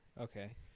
Okay